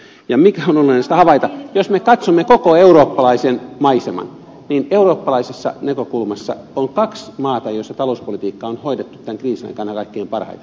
se mikä on olennaista havaita on se että jos me katsomme koko eurooppalaisen maiseman niin eurooppalaisessa näkökulmassa on kaksi maata joissa talouspolitiikka on hoidettu tämän kriisin aikana kaikkein parhaiten